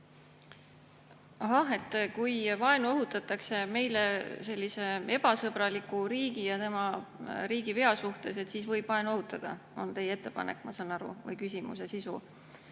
kui vaenu õhutatakse meile sellise ebasõbraliku riigi ja tema riigipea suhtes, siis võib vaenu õhutada, on teie ettepanek, ma saan aru, või küsimuse sisu.